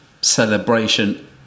celebration